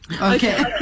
okay